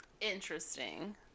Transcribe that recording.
Interesting